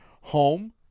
home